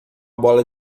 bola